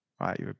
right